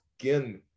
skin